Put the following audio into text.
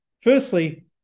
Firstly